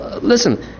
Listen